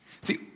See